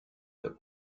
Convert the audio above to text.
that